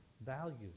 values